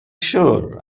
sure